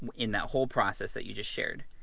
in that whole process that you just shared?